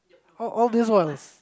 all all this whiles